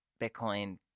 Bitcoin